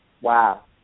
Wow